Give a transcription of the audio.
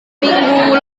minggu